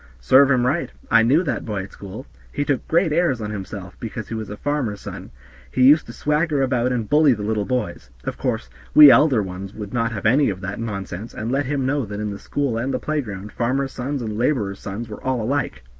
serve him right. i knew that boy at school he took great airs on himself because he was a farmer's son he used to swagger about and bully the little boys. of course, we elder ones would not have any of that nonsense, and let him know that in the school and the playground farmers' sons and laborers' sons were all alike.